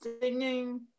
singing